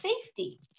safety